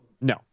No